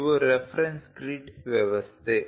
ಇವು reference grid ವ್ಯವಸ್ಥೆ